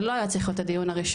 זה לא היה צריך להיות הדיון הראשון,